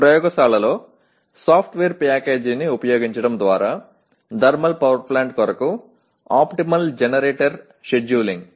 ప్రయోగశాలలో సాఫ్ట్వేర్ ప్యాకేజీని ఉపయోగించడం ద్వారా థర్మల్ పవర్ ప్లాంట్ల కొరకు ఆప్టిమల్ జనరేటర్ షెడ్యూలింగ్